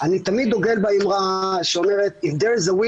אני תמיד דוגל באמרה שאומרת שאם יש רצון יש דרך,